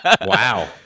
Wow